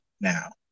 now